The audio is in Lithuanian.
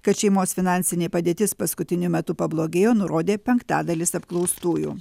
kad šeimos finansinė padėtis paskutiniu metu pablogėjo nurodė penktadalis apklaustųjų